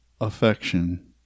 Affection